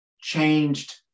changed